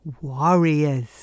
warriors